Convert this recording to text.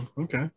okay